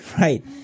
right